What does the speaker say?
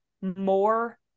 more